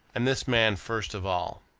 and this man first of all.